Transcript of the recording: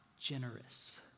generous